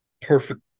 perfect